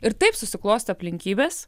ir taip susiklostė aplinkybės